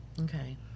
Okay